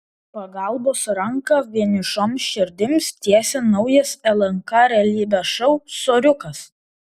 pagalbos ranką vienišoms širdims tiesia naujas lnk realybės šou soriukas